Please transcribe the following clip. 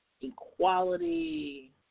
equality